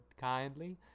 kindly